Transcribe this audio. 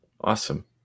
Awesome